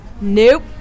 Nope